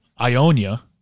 Ionia